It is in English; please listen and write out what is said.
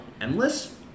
endless